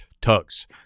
tugs